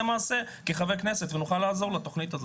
מעשה כחברי כנסת כדי לעזור לתוכנית הזאת.